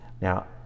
Now